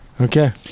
Okay